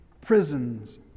Prisons